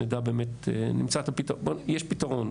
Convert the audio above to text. יש פתרון.